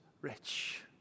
rich